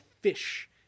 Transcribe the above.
fish